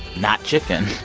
not chicken